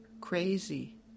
crazy